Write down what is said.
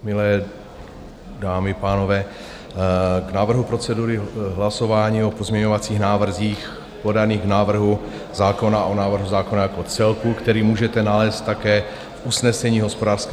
Milé dámy a pánové, k návrhu procedury hlasování o pozměňovacích návrzích podaných k návrhu zákona o návrhu zákona jako celku, který můžete nalézt také v usnesení hospodářského výboru...